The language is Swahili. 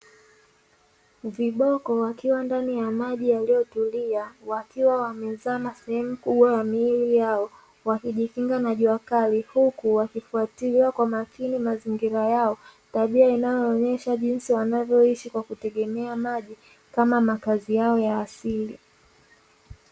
Viboko wakiwa ndani ya maji yaliyotulia wakiwa wamezama sehemu kubwa ya miili yao, wakijikinga na jua kali huku wakifuatilia kwa makini mazingira yao. Tabia inayoonyesha jinsi wanavyoishi kwa kutegemea maji, kama makazi yao ya asili.